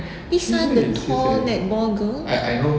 pi san the tall netball girl